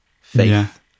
faith